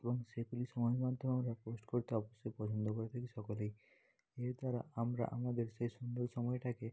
এবং সেগুলি সমাজমাধ্যমে আমরা পোস্ট করতে অবশ্যই পছন্দ করে থাকি সকলেই এর দ্বারা আমরা আমাদের সেই সুন্দর সময়টাকে